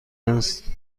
است